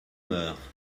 meur